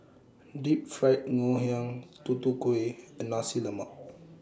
Deep Fried Ngoh Hiang Tutu Kueh and Nasi Lemak